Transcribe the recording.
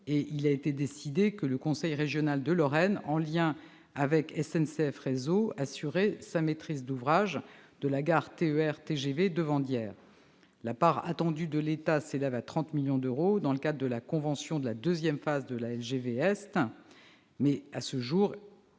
Il a été décidé que le conseil régional de Lorraine, en lien avec SNCF Réseau, assurerait la maîtrise d'ouvrage de la gare TER-TGV de Vandières. La part attendue de l'État s'élève à 30 millions d'euros dans le cadre de la convention de la deuxième phase de la LGV Est. Mais, à ce jour,